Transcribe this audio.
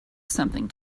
something